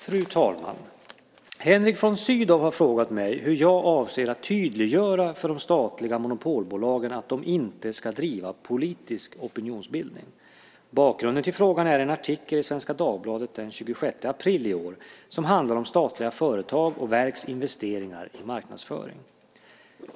Fru talman! Henrik von Sydow har frågat mig hur jag avser att tydliggöra för de statliga monopolbolagen att de inte ska driva politisk opinionsbildning. Bakgrunden till frågan är en artikel i Svenska Dagbladet den 26 april i år som handlar om statliga företags och verks investeringar i marknadsföring.